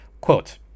quote